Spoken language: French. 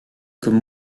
comme